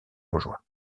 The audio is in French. rejoint